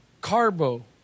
Carbo